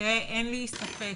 אין לי ספק